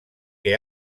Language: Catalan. que